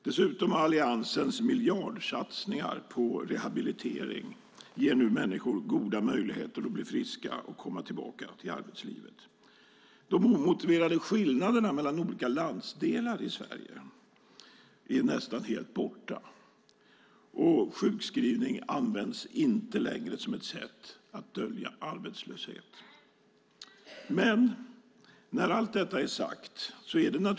Dessutom ger Alliansens miljardsatsningar på rehabilitering människor goda möjligheter att bli friska och komma tillbaka i arbetslivet. De omotiverade skillnaderna mellan olika landsdelar i Sverige är nästan helt borta, och sjukskrivning används inte längre som ett sätt att dölja arbetslöshet.